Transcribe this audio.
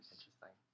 Interesting